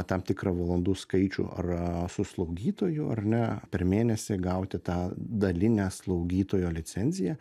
tam tikrą valandų skaičių ar su slaugytoju ar ne per mėnesį gauti tą dalinę slaugytojo licenziją